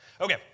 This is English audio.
Okay